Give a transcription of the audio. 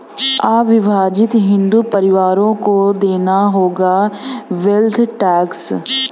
अविभाजित हिंदू परिवारों को देना होगा वेल्थ टैक्स